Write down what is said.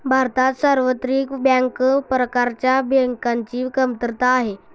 भारतात सार्वत्रिक बँक प्रकारच्या बँकांची कमतरता आहे